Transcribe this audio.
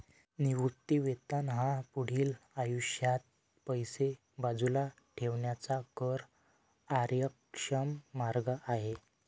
निवृत्ती वेतन हा पुढील आयुष्यात पैसे बाजूला ठेवण्याचा कर कार्यक्षम मार्ग आहे